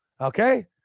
Okay